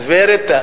גברת,